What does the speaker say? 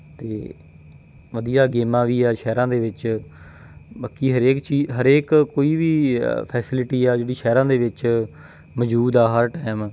ਅਤੇ ਵਧੀਆ ਗੇਮਾਂ ਵੀ ਆ ਸ਼ਹਿਰਾਂ ਦੇ ਵਿੱਚ ਮ ਕੀ ਹਰੇਕ ਚੀਜ਼ ਹਰੇਕ ਕੋਈ ਵੀ ਫੈਸਿਲਿਟੀ ਆ ਜਿਹੜੀ ਸ਼ਹਿਰਾਂ ਦੇ ਵਿੱਚ ਮੌਜੂਦ ਆ ਹਰ ਟਾਈਮ